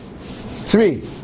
Three